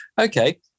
Okay